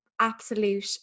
absolute